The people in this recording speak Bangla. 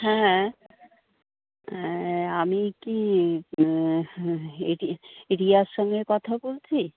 হ্যাঁ আমি কি রিয়ার সঙ্গে কথা বলছি